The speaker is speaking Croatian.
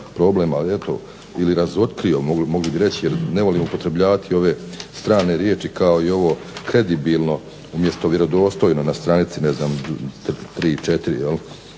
problem ili razotkrio jer ne volim upotrebljavati ove strane riječi kao i ovo kredibilno umjesto vjerodostojno na stranici 3. i li 4. da je